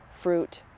fruit